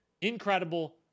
incredible